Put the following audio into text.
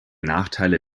nachteile